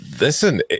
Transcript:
Listen